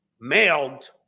mailed